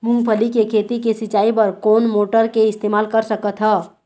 मूंगफली के खेती के सिचाई बर कोन मोटर के इस्तेमाल कर सकत ह?